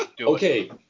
Okay